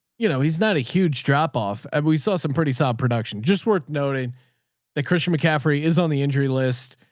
you know, he's not a huge drop-off and we saw some pretty solid production just worth noting that christian mccaffrey is on the injury list.